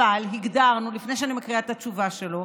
אבל הגדרנו, לפני שאני מקריאה את התשובה שלו,